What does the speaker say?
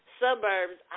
suburbs